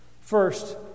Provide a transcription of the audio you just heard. First